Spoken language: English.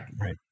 right